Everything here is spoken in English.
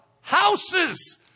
houses